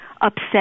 upset